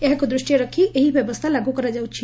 ଏହାକୁ ଦୂଷ୍ଟିରେ ରଖି ଏହି ବ୍ୟବସ୍ତା ଲାଗୁ କରାଯାଉଛି